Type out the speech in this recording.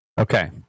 Okay